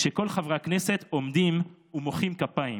כשכל חברי הכנסת עומדים ומוחאים כפיים.